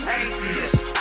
atheist